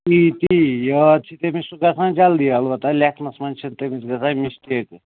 تی تی یاد چھِ تٔمِس سُہ گژھان جلدی البتہ لیکھنَس منٛز چھےٚ تٔمِس گژھان مِسٹیکٕس